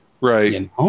Right